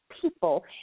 people